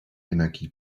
energie